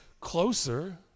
closer